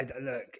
look